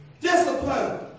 Discipline